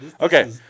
Okay